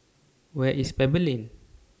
Where IS Pebble Lane